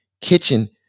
kitchen